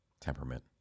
temperament